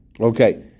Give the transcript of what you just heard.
Okay